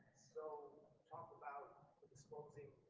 so talk about the sort of the